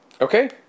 Okay